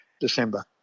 December